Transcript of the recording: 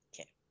okay